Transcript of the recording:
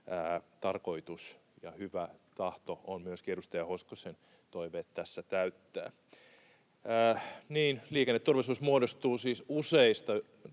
tarkoitus ja hyvä tahto on myöskin edustaja Hoskosen toiveet tässä täyttää. Liikenneturvallisuus muodostuu siis